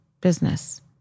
business